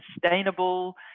sustainable